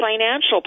financial